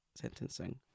sentencing